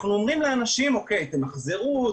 אנחנו אומרים לאנשים: תמחזרו,